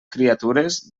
criatures